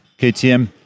KTM